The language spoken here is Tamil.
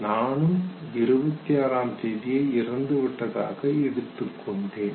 நானும் 26 ஆம் தேதியே இறந்துவிட்டதாக எடுத்துக்கொண்டேன்